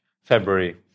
February